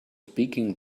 speaking